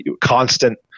constant